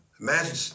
Imagine